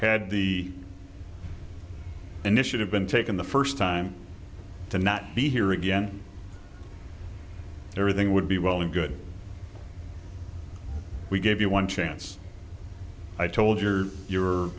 had the initiative been taken the first time to not be here again everything would be well and good we gave you one chance i told your your